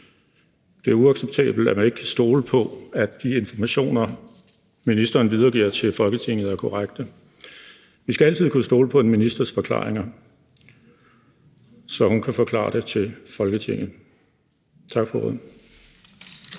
Det er uacceptabelt, at man ikke kan stole på, at de informationer, ministeren videregiver til Folketinget, er korrekte. Vi skal altid kunne stole på en ministers forklaringer, så ministeren kan forklare det til Folketinget. Tak for ordet.